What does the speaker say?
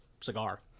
cigar